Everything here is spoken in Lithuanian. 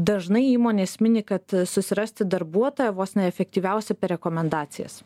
dažnai įmonės mini kad susirasti darbuotoją vos ne efektyviausia per rekomendacijas